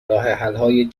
راهحلهای